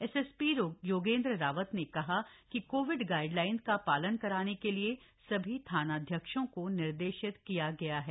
SSP Yogendra Rawat ने कहा कि कोविड गाइडलाइन का पालन कराने के लिए सभी थानाध्यक्षों को निर्देशित किया गया है